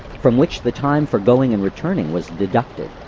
from which the time for going and returning was deducted.